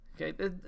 okay